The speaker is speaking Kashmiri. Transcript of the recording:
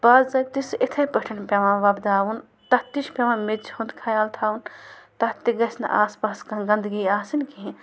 باضٲپطہٕ سُہ اِتھَے پٲٹھۍ پٮ۪وان وۄپداوُن تَتھ تہِ چھِ پٮ۪وان میٚژِ ہُنٛد خیال تھاوُن تَتھ تہِ گژھنہٕ آس پاس کانٛہہ گنٛدگی آسٕنۍ کِہیٖنۍ